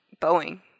Boeing